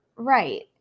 right